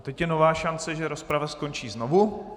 Teď je nová šance, že rozprava skončí znovu.